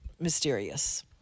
mysterious